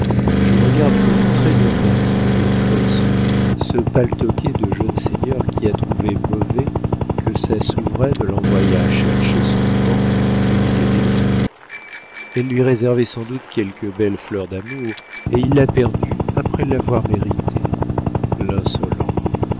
je regarde comme très impertinent et très sot ce paltoquet de jeune seigneur qui a trouvé mauvais que sa souveraine l'envoyât chercher son gant au milieu des lions elle lui réservait sans doute quelque belle fleur d'amour et il l'a perdue après l'avoir méritée